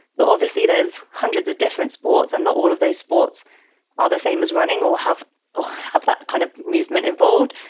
but obviously, there's hundreds of different sports and not all of those sports are the same as running or have all of that kind of movement involved.